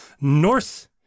north